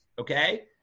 okay